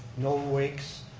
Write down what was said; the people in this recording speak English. no wakes